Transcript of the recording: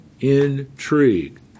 intrigue